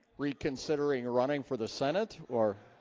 reconsidering running for the senate or